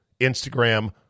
Instagram